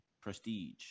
prestige